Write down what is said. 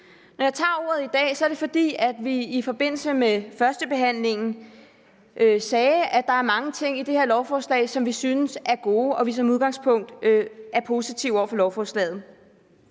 Når jeg tager ordet i dag, er det, fordi vi i forbindelse med førstebehandlingen sagde, at der er mange ting i det her lovforslag, som vi synes er gode, og at vi som udgangspunkt er positive over for lovforslaget,